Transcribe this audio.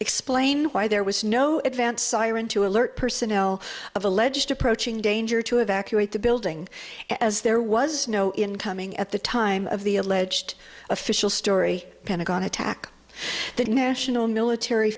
explain why there was no advance siren to alert personnel of alleged approaching danger to evacuate the building as there was no incoming at the time of the alleged official story pentagon attack the national military